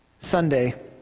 Sunday